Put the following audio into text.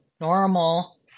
normal